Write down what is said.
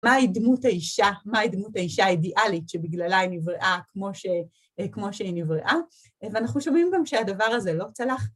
מהי דמות האישה, מהי דמות האישה האידיאלית שבגללה היא נבראה כמו שהיא נבראה, ואנחנו שומעים גם שהדבר הזה לא צלח.